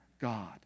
God